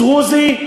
דרוזי,